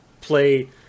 play